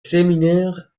séminaires